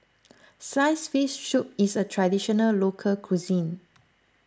Sliced Fish Soup is a Traditional Local Cuisine